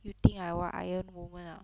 you think I what iron woman ah